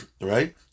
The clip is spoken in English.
Right